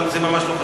אבל זה ממש לא חשוב.